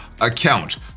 account